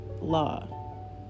law